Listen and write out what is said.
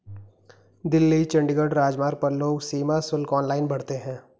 दिल्ली चंडीगढ़ राजमार्ग पर लोग सीमा शुल्क ऑनलाइन भरते हैं